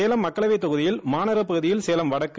சேலம் மக்களவைத் தொகுதியில் மாநகரப் பகுதியில் சேலம்வடக்கு